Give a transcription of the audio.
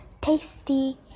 tasty